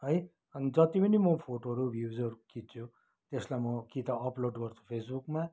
है अनि जति पनि म फोटोहरू भ्युजहरू खिच्छु त्यसलाई म कि त अपलोड गर्छु फेसबुकमा